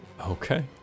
Okay